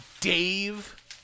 Dave